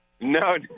No